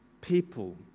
people